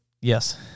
Yes